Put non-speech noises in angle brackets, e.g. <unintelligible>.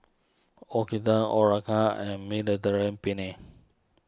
<unintelligible> Korokke and Mediterranean Penne